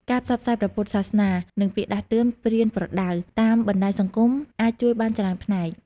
ការផ្សព្វផ្សាយព្រះពុទ្ធសាសនា និងពាក្យដាស់តឿនប្រៀនប្រដៅតាមបណ្តាញសង្គមអាចជួយបានច្រើនផ្នែក។